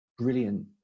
brilliant